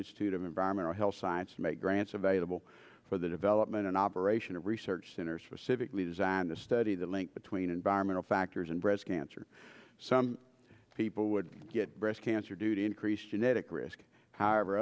institute of environmental health science to make grants available for the development and operation of research centers for civically designed to study the link between environmental factors in breast cancer some people would get breast cancer due to increased genetic risk however